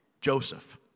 Joseph